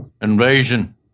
Invasion